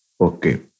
Okay